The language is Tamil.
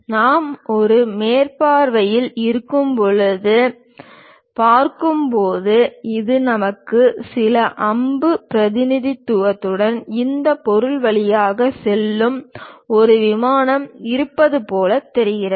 நாம் ஒரு மேல் பார்வையில் இருந்து பார்க்கும்போது நாம் கொடுக்கும் சில அம்பு பிரதிநிதித்துவத்துடன் இந்த பொருள் வழியாக செல்லும் ஒரு விமானம் இருப்பது போல் தெரிகிறது